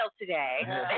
today